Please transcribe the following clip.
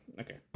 Okay